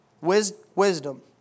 Wisdom